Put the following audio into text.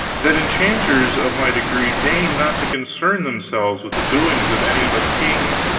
that enchanters of my degree deign not to concern themselves with the doings of any but kings,